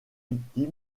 victime